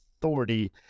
authority